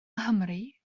nghymru